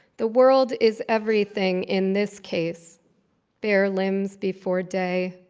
the world is everything in this case bare limbs before day,